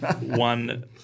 One